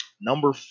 Number